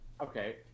Okay